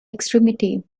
extremity